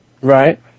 Right